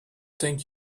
thank